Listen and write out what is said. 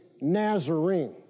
Nazarene